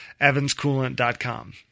evanscoolant.com